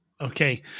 okay